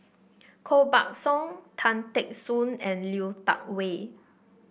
Koh Buck Song Tan Teck Soon and Lui Tuck Yew